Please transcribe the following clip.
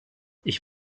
ich